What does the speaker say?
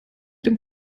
dem